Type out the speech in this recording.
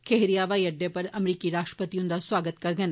खहेरिया हवाई अड्डे पर अमरीकी राश्ट्रपति हूंदा सुआगत करगंन